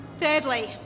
Thirdly